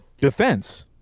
defense